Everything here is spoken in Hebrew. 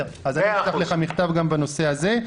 אני אשלח לך מכתב גם בנושא הזה.